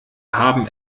haben